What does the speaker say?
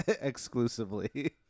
exclusively